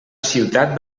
ciutat